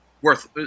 worth